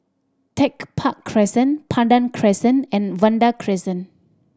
Tech Park Crescent Pandan Crescent and Vanda Crescent